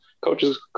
coaches